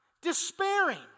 despairing